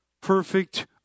perfect